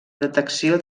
detecció